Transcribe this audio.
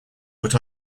but